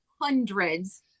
hundreds